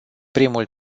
primul